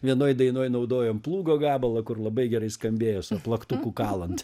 vienoj dainoj naudojom plūgo gabalą kur labai gerai skambėjo su plaktuku kalant